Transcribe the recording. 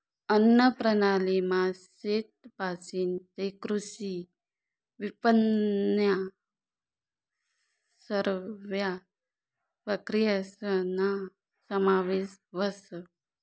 अन्नप्रणालीमा शेतपाशीन तै कृषी विपनननन्या सरव्या प्रक्रियासना समावेश व्हस